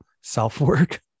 self-work